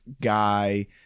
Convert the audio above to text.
guy